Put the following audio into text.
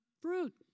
Fruit